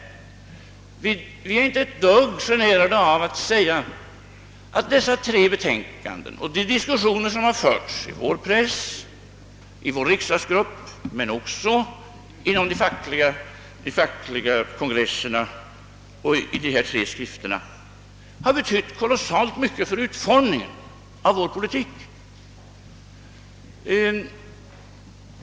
Vi är inte ett dugg generade av att säga att dessa tre betänkanden och de diskussioner som förts i vår press, vår riksdagsgrupp, vid de fackliga kongresserna och i de här skrifterna betytt oerhört mycket för utformningen av vår politik.